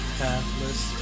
pathless